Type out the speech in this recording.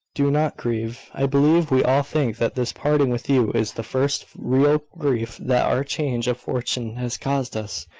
do not grieve. i believe we all think that this parting with you is the first real grief that our change of fortune has caused us.